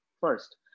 first